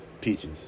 Peaches